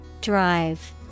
Drive